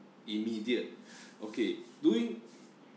immediate okay doing